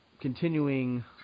continuing